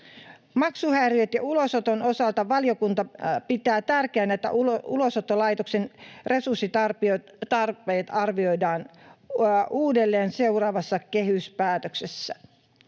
Maksuhäiriöiden ja ulosoton osalta valiokunta pitää tärkeänä, että Ulosottolaitoksen resurssitarpeet arvioidaan uudelleen seuraavassa kehyspäätöksessä.